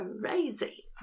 Crazy